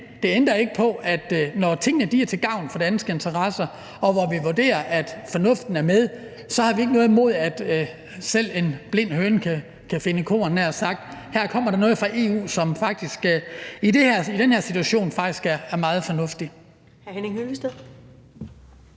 det ændrer ikke på, at når tingene er til gavn for danske interesser, og når vi vurderer, at fornuften er med, så har vi ikke noget imod, at selv en blind høne kan finde korn, havde jeg nær sagt. Her kommer der noget fra EU, som faktisk i den her situation er meget fornuftigt.